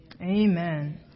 Amen